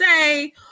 say